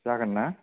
जागोनना